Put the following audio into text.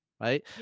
Right